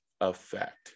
effect